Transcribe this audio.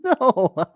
No